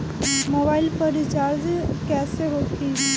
Mobile पर recharge कैसे होखी?